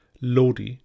Lodi